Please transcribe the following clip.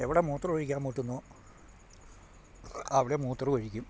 എവിടെ മൂത്രം ഒഴിക്കാൻ മുട്ടുന്നോ അവിടെ മൂത്രം ഒഴിക്കും